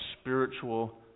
spiritual